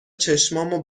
چشامو